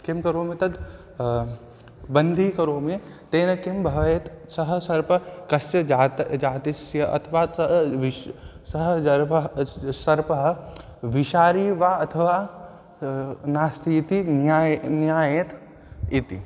किं करोमि तद् बन्धीकरोमि तेन किं भवेत् सः सर्पः कस्य जातः जातिस्य अथवा सः विषः सः सर्पः सर्पः विषारी वा अथवा नास्ति इति ज्ञाये ज्ञायेत इति